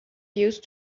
used